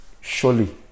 surely